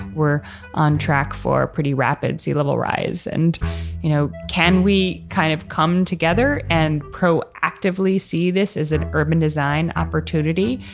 we're on track for a pretty rapid sea level rise, and you know can we kind of come together and proactively see this as an urban design opportunity,